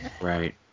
Right